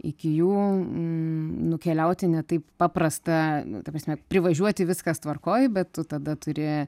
iki jų nukeliauti ne taip paprasta nu ta prasme privažiuoti viskas tvarkoj bet tu tada turi